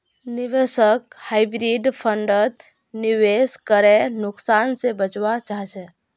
निवेशक हाइब्रिड फण्डत निवेश करे नुकसान से बचवा चाहछे